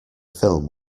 film